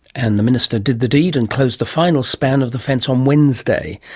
and the minister did the deed and closed the final span of the fence on wednesday.